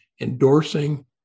endorsing